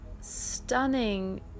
stunning